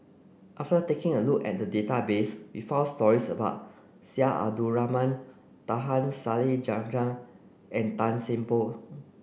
after taking a look at the database we found stories about Syed Abdulrahman Taha Salleh Japar and Tan Seng Poh